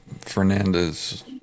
Fernandez